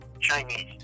chinese